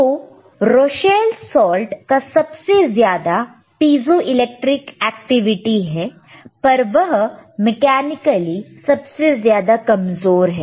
तो Rochelle salt का सबसे ज्यादा पीजों इलेक्ट्रिक एक्टिविटी है पर वह मेकैनिकली सबसे ज्यादा कमजोर है